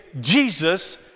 Jesus